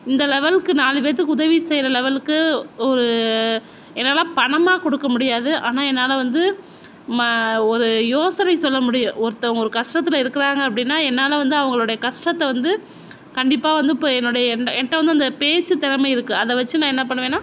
இந்த லெவலுக்கு நாலு பேத்துக்கு உதவி செய்கிற லெவலுக்கு ஒரு என்னால் பணமாக கொடுக்க முடியாது ஆனால் என்னால் வந்து மா ஒரு யோசனை சொல்ல முடியும் ஒருத்தவங்க ஒரு கஷ்டத்துல இருக்கிறாங்க அப்படின்னா என்னால் வந்து அவங்களோட கஷ்டத்த வந்து கண்டிப்பாக வந்து இப்போ என்னோட என்கிட்ட வந்து இந்த பேச்சு திறமை இருக்குது அதை வச்சு நான் என்ன பண்ணுவேனால்